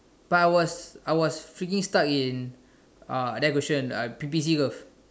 but I was I was freaking stuck in uh that question P_P_C curve